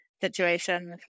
situations